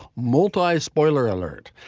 multis spoiler alert.